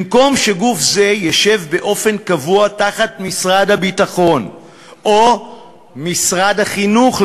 במקום שגוף זה ישב באופן קבוע תחת משרד הביטחון או משרד החינוך,